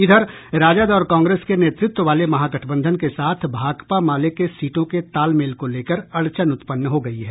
इधर राजद और कांग्रेस के नेतृत्व वाले महागठबंधन के साथ भाकपा माले के सीटों के तालमेल को लेकर अड़चन उत्पन्न हो गयी है